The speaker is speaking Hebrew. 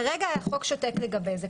כרגע החוק שותק לגבי זה,